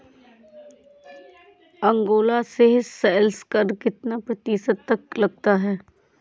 Angola में sales कर कितना प्रतिशत तक लगता है?